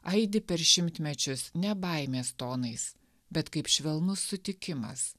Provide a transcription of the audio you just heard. aidi per šimtmečius ne baimės tonais bet kaip švelnus sutikimas